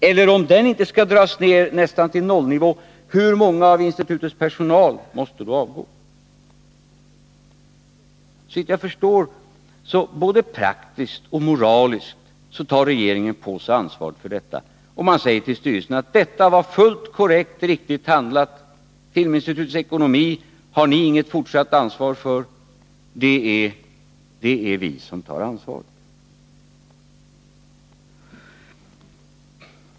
Eller, om den inte skall dras ner nästan till nollnivå, hur många av institutets personal måste då avgå? Såvitt jag förstår tar regeringen både praktiskt och moraliskt på sig ansvaret för detta, om man säger till styrelsen: Detta var fullt korrekt och riktigt handlat, Filminstitutets ekonomi har ni inget fortsatt ansvar för — det är vi som tar ansvaret.